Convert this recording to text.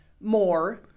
More